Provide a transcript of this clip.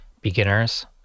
beginners